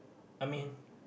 I mean